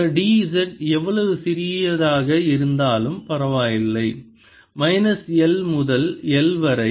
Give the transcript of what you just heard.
இந்த dz எவ்வளவு சிறியதாக இருந்தாலும் பரவாயில்லை மைனஸ் L முதல் L வரை